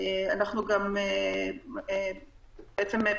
בעצם,